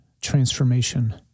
transformation